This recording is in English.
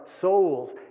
souls